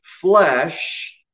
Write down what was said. flesh